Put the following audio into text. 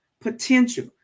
potential